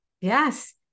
Yes